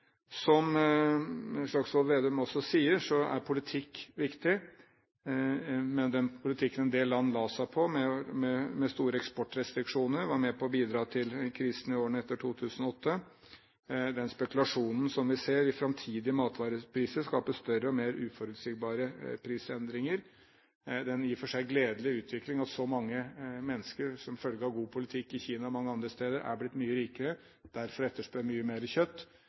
Som Slagsvold Vedum også sier: Politikk er viktig. Men den politikken en del land la seg på, med store eksportrestriksjoner, var med på å bidra til krisen i årene etter 2008. Den spekulasjonen som vi ser i framtidige matvarepriser, skaper større og mer uforutsigbare prisendringer. Det er i og for seg en gledelig utvikling at så mange mennesker, som følge av god politikk i Kina og mange andre steder, er blitt mye rikere og derfor etterspør mye mer kjøtt.